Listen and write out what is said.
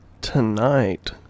Tonight